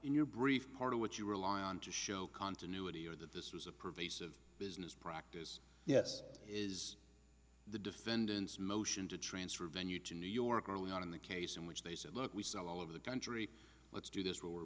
in your brief part of what you rely on to show continuity or that this was a pervasive business practice yes it is the defendant's motion to transfer venue to new york early on in the case in which they said look we sell all over the country let's do this